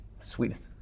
Sweetest